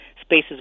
spaces